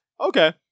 Okay